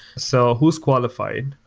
so who's qualified?